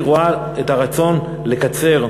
היא רואה לנכון לקצר.